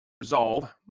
Resolve